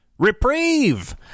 Reprieve